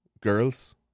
girls